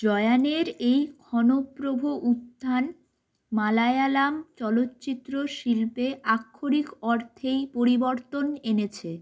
জয়মের এই ক্ষণপ্রভ উত্থান মালয়ালম চলচ্চিত্র শিল্পে আক্ষরিক অর্থেই পরিবর্তন এনেছে